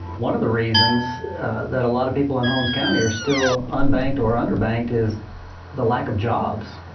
one of the reasons that a lot of people and holmes county are still unbanked or underbanked is the lack of jobs.